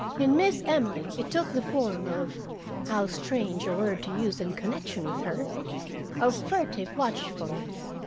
in miss emily, it took the form of how strange a word to use in connection with her of furtive watchfulness.